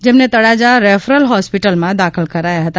જેમને તળાજા રેફરલ હોસ્પિટલમાં દાખલ કરાયા હતા